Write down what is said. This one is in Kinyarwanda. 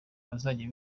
bazajya